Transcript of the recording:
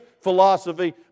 philosophy